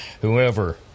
whoever